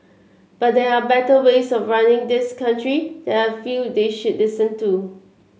but there are better ways of running this country that I feel they should listen to